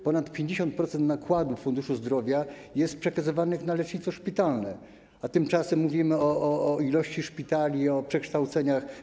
Ponad 50% środków z funduszu zdrowia jest przekazywanych na lecznice szpitalne, tymczasem mówimy o liczbie szpitali, o przekształceniach.